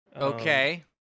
Okay